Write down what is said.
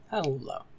Hello